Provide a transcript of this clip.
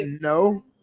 no